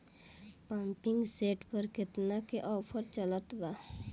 Pumping set पर केतना के ऑफर चलत बा?